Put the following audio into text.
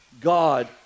God